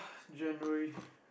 January